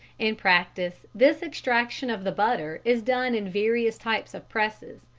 in practice this extraction of the butter is done in various types of presses.